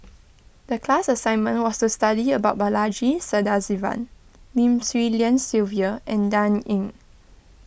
the class assignment was to study about Balaji Sadasivan Lim Swee Lian Sylvia and Dan Ying